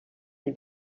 you